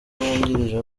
wungirije